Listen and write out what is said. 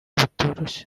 bitoroshye